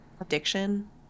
addiction